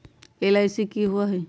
LIC की होअ हई?